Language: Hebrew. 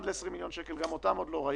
נוסיף שם קטגוריה שנקראת "מוסד ציבורי",